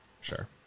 Sure